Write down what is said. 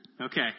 Okay